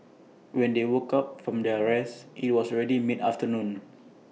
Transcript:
when they woke up from their rest IT was already mid afternoon